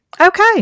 okay